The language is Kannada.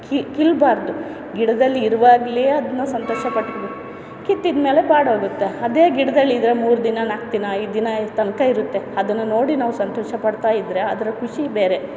ಕಿ ಕೀಳ್ಬಾರ್ದು ಗಿಡದಲ್ಲಿ ಇರುವಾಗಲೇ ಅದನ್ನ ಸಂತೋಷ ಪಡ್ಬೇಕು ಕಿತ್ತಿದ್ಮೇಲೆ ಬಾಡೋಗುತ್ತೆ ಅದೇ ಗಿಡದಲ್ಲಿದ್ರೆ ಮೂರು ದಿನ ನಾಲ್ಕು ದಿನ ಐದು ದಿನ ತನಕ ಇರುತ್ತೆ ಅದನ್ನು ನೋಡಿ ನಾವು ಸಂತೋಷ ಪಡ್ತಾಯಿದ್ರೆ ಅದರ ಖುಷಿ ಬೇರೆ